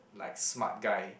like smart guy